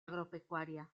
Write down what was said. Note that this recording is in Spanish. agropecuaria